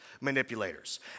manipulators